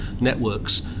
networks